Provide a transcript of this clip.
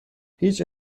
هیچ